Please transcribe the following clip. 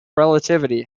relativity